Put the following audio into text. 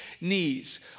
knees